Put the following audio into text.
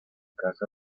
casa